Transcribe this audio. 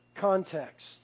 context